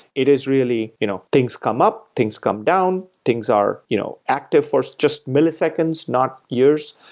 it is really you know things come up, things come down, things are you know active for just milliseconds, not years,